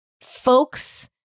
folks